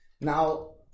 Now